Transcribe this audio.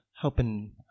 helping